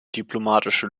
diplomatische